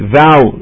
vow